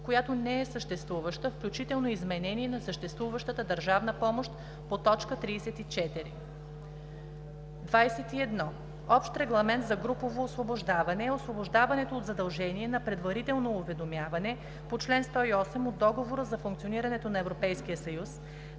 която не е съществуваща, включително изменение на съществуваща държавна помощ по т. 34. 21. „Общ регламент за групово освобождаване" е освобождаването от задължение за предварително уведомяване по чл. 108 от Договора за функционирането на Европейския съюз